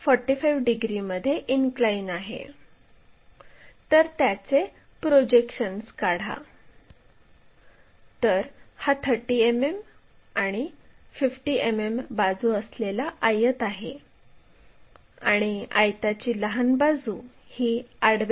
मग r1 हे वर प्रोजेक्ट करावे आणि त्यास r1 असे म्हणावे आणि मग p आणि r1 हे जोडावे आणि हे PR या लाईनची खरी लांबी दर्शवतात